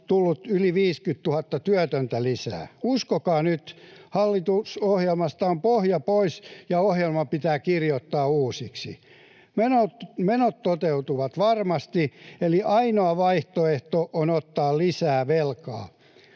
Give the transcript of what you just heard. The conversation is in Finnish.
tullut yli 50 000 työtöntä lisää. Uskokaa nyt, hallitusohjelmalta on pohja pois ja ohjelma pitää kirjoittaa uusiksi. Menot toteutuvat varmasti, eli ainoa vaihtoehto on ottaa lisää velkaa,